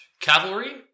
cavalry